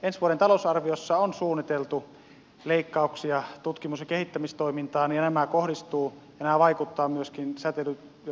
ensi vuoden talousarviossa on suunniteltu leikkauksia tutkimus ja kehittämistoimintaan ja nämä kohdistuvat ja vaikuttavat myöskin säteilyturvakeskuksen toimintaan